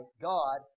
God